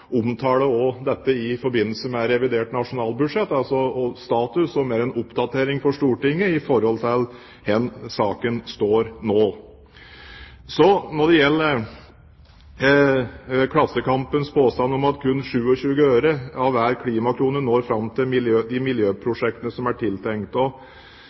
å omtale dette i forbindelse med revidert nasjonalbudsjett, altså status, som en oppdatering for Stortinget med hensyn til hvor saken står nå. Når det gjelder Klassekampens påstand om at kun 27 øre av hver klimakrone når fram til